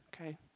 okay